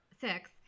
six